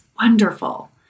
wonderful